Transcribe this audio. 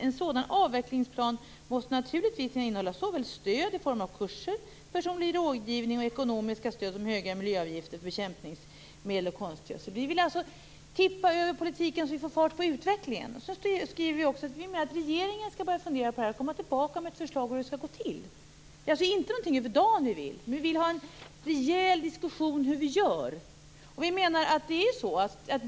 En sådan avvecklingsplan måste innehålla såväl stöd i form av kurser, personlig rådgivning och ekonomiska stöd som höga miljöavgifter mot bekämpningsmedel och konstgödsel. Vi vill tippa över politiken för att få fart på utvecklingen. Regeringen skall fundera och komma tillbaka med ett förslag om hur detta skall gå till. Det är inte något som skall göras över dagen. Vi vill ha en rejäl diskussion om hur vi skall göra.